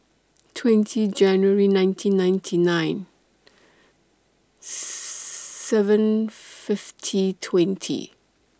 twenty Jane nineteen nineteen nine seven fifty twenty